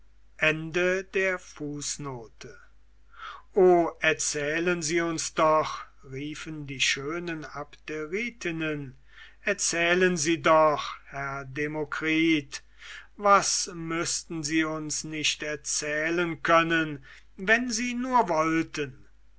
o erzählen sie uns doch riefen die schönen abderitinnen erzählen sie doch herr demokritus was müßten sie uns nicht erzählen können wenn sie nur wollten